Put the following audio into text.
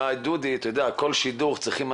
מסיבות די ברורות אבל צריך רגע להגיד,